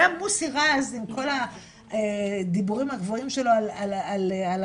גם מוסי רז עם כל הדיבורים הגבוהים שלו על הרווחה,